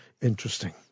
interesting